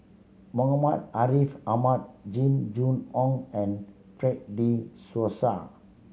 Muhammad Ariff Ahmad Jing Jun Hong and Fred De Souza